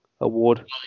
Award